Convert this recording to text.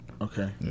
Okay